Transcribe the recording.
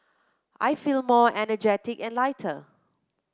I feel more energetic and lighter